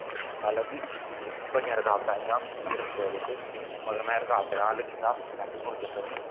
लाई लैओ कि बड़ियां रकाबटां आइयां मिगी रस्ते दे बिच मगर में रकावटें दा हल कीता में आखेआ कोई चक्कर नेईं